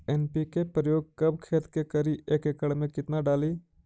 NPK प्रयोग कब खेत मे करि एक एकड़ मे कितना डाली?